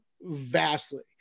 vastly